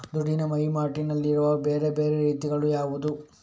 ದುಡ್ಡಿನ ವಹಿವಾಟಿನಲ್ಲಿರುವ ಬೇರೆ ಬೇರೆ ರೀತಿಗಳು ಯಾವುದು?